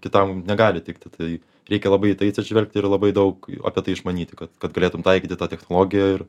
kitam negali tikti tai reikia labai į tai atsižvelgti ir labai daug apie tai išmanyti kad kad galėtum taikyti tą technologiją ir